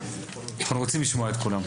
אנחנו רוצים לשמוע את כולם.